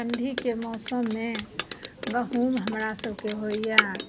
ठण्डीके मौसममे गहुँम हमरा सभकेँ होइए